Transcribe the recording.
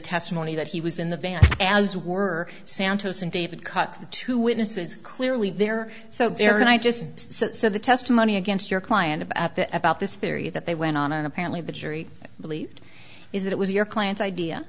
testimony that he was in the van as were santos and david cut the two witnesses clearly there so they're going i just said the testimony against your client at the about this theory that they went on and apparently the jury believed is that it was your client's idea